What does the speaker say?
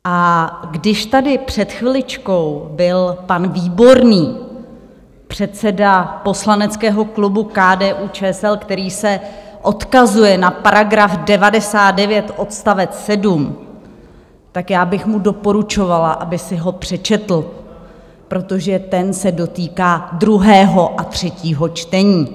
A když tady před chviličkou byl pan Výborný, předseda poslaneckého klubu KDUČSL, který se odkazuje na § 99 odst. 7, tak já bych mu doporučovala, aby si ho přečetl, protože ten se dotýká druhého a třetího čtení.